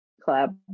club